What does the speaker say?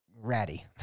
ratty